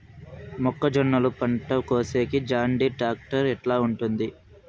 మొక్కజొన్నలు పంట కోసేకి జాన్డీర్ టాక్టర్ ఎట్లా ఉంటుంది?